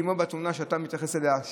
כמו בתאונה שאתה מתייחס אליה,